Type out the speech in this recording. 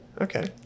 Okay